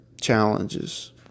challenges